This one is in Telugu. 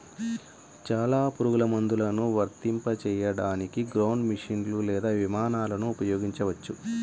చాలా పురుగుమందులను వర్తింపజేయడానికి గ్రౌండ్ మెషీన్లు లేదా విమానాలను ఉపయోగించవచ్చు